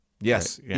Yes